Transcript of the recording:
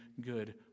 good